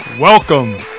Welcome